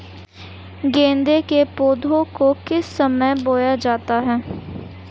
गेंदे के पौधे को किस समय बोया जाता है?